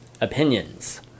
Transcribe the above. opinions